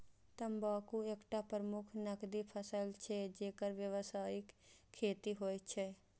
तंबाकू एकटा प्रमुख नकदी फसल छियै, जेकर व्यावसायिक खेती होइ छै